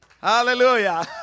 Hallelujah